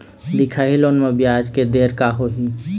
दिखाही लोन म ब्याज के दर का होही?